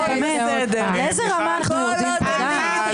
--- איזו רמה אנחנו יורדים כאן.